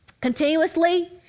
continuously